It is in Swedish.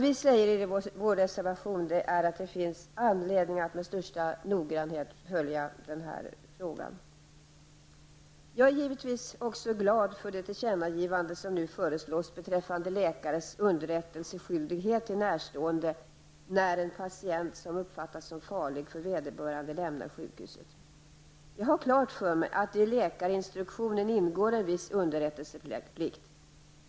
I vår reservation säger vi att det finns anledning att med största uppmärksamhet följa den här frågan. Jag är givetvis också glad för det tillkännagivande som föreslås beträffande läkares underrättelseskyldighet till närstående när en patient som uppfattas som farlig för vederbörande lämnar sjukhuset. Jag har klart för mig att det i läkarinstruktionen ingår en viss underrättelseplikt.